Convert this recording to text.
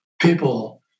people